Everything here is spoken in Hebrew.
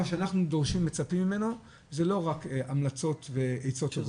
מה שאנחנו דורשים ומצפים ממנו זה לא רק המלצות ועצות טובות,